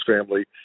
family